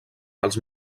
pels